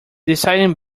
deciding